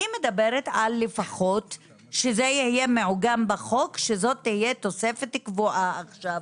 אני מדברת על לפחות שזה יהיה מעוגן בחוק שזאת תהיה תוספת קבועה עכשיו.